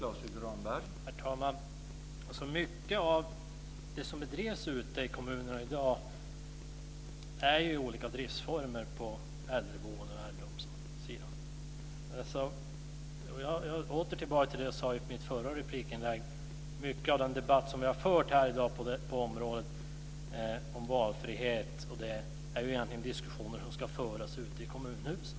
Herr talman! Mycket av det som bedrivs ute i kommunerna i dag är i olika driftsformer när det gäller äldreboende och äldreomsorg. Åter tillbaka till det jag sade i mitt förra replikinlägg: Mycket av den debatt vi har fört här i dag på området om valfrihet är ju egentligen diskussioner som ska föras ute i kommunhusen.